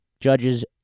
judges